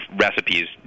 recipes